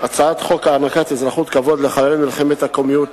הצעת חוק הענקת אזרחות כבוד לחללי מלחמת הקוממיות,